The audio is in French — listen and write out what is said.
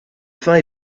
faim